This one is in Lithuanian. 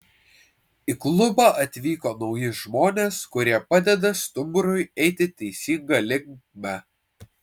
į klubą atvyko nauji žmonės kurie padeda stumbrui eiti teisinga linkme